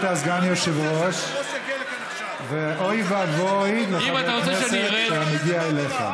לתפקד ולהגיד לו שהוא לא יכול להיות על הבמה?